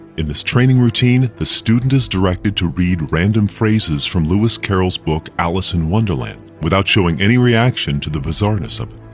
in this training routine, the student is directed to read random phrases from lewis carroll's book, alice in wonderland, without showing any reaction to the bizarreness of